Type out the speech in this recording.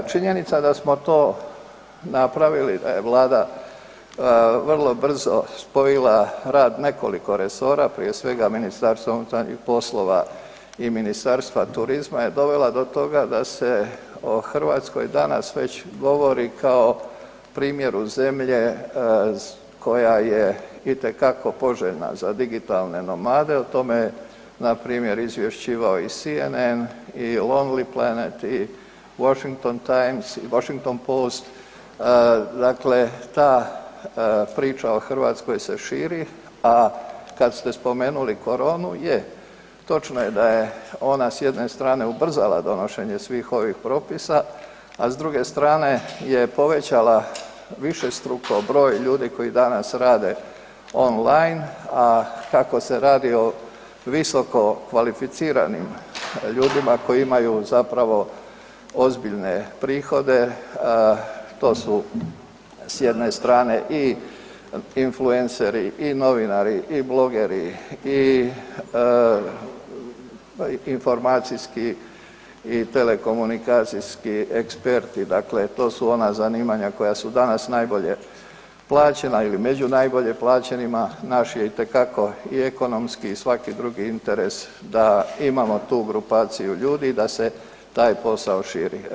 Činjenica da smo to napravili, da je Vlada vrlo brzo spojila rad nekoliko resora, prije svega Ministarstva unutarnjih poslova i Ministarstva turizma je dovela do toga da se o Hrvatskoj danas već govori kao primjeru zemlje koja je itekako poželjna za digitalne nomade, o tome npr. je izvješćivao i CNN i Lonely Planet i Washington Times i Washington Post, dakle, ta priča o Hrvatskoj se širi, a kad ste spomenuli koronu, je, točno je da je ona s jedne strane ubrzala donošenje svih ovih propisa, a s druge strane je povećala višestruko broj ljudi koji danas rade online, a kako se radi o visokokvalificiranim ljudima koji imaju zapravo ozbiljne prihode, to su s jedne strane i influenceri i novinari i blogeri i informacijski i telekomunikacijski eksperti, dakle to su ona zanimanja koja su danas najbolje plaćena ili među najbolje plaćenima, naš je itekako i ekonomski i svaki drugi interes da imamo tu grupaciju ljudi da se taj posao širi.